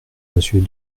monsieur